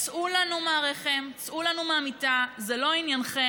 צאו לנו מהרחם, צאו לנו מהמיטה, זה לא עניינכם.